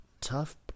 tough